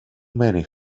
many